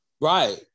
Right